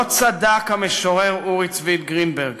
לא צדק המשורר אורי צבי גרינברג